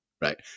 right